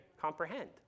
comprehend